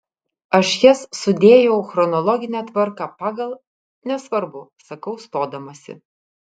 aš jas sudėjau chronologine tvarka pagal nesvarbu sakau stodamasi